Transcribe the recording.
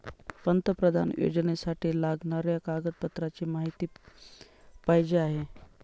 पंतप्रधान योजनेसाठी लागणाऱ्या कागदपत्रांची माहिती पाहिजे आहे